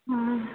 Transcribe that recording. हा